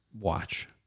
watch